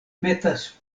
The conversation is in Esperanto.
metas